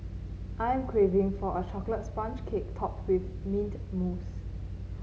I'm craving for a chocolate sponge cake topped with mint mousse